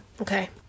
Okay